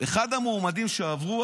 המועמדים שעברו,